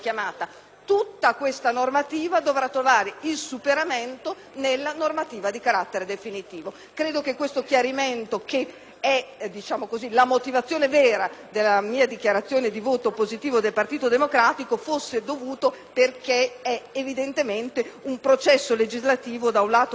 Tutta questa normativa dovrà trovare il superamento nella normativa di carattere definitivo. Credo che questo chiarimento, che è la motivazione vera della mia dichiarazione di voto positiva per il Gruppo del Partito Democratico, fosse dovuto perché è evidentemente un processo legislativo, da un lato, di grande complessità